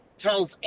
tells